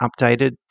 updated